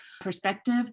perspective